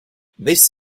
this